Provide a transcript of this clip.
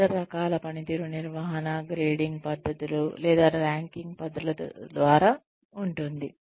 ఇతర రకాల పనితీరు నిర్వహణ గ్రేడింగ్ పద్ధతులు లేదా ర్యాంకింగ్ పద్ధతుల ద్వారా ఉంటుంది